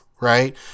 Right